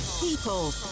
people